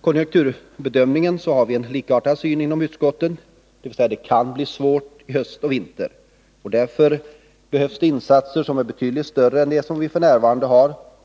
konjunkturbedömningen har vi en likartad syn inom utskottet, dvs. att det kan bli svårt höst och vinter. Därför behövs det insatser som är betydligt större än de vi f.n. har.